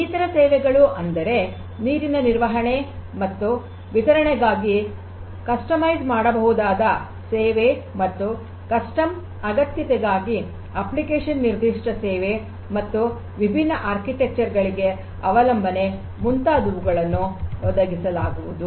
ಇನ್ನಿತರ ಸೇವೆಗಳು ಅಂದರೆ ನೀರಿನ ನಿರ್ವಹಣೆ ಮತ್ತು ವಿತರಣೆಗಾಗಿ ಕಷ್ಟೋಮೈಜ್ ಮಾಡಬಹುದಾದ ಸೇವೆ ಮತ್ತು ಕಸ್ಟಮ್ ಅಗತ್ಯತೆಗಾಗಿ ಅಪ್ಲಿಕೇಶನ್ ನಿರ್ದಿಷ್ಟ ಸೇವೆ ಮತ್ತು ವಿಭಿನ್ನ ವಾಸ್ತುಶಿಲ್ಪಗಳಿಗೆ ಅವಲಂಬನೆ ಮುಂತಾದುವುಗಳನ್ನು ಒದಗಿಸಲಾಗುವುದು